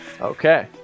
Okay